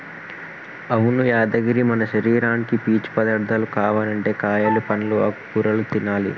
అవును యాదగిరి మన శరీరానికి పీచు పదార్థాలు కావనంటే కాయలు పండ్లు ఆకుకూరలు తినాలి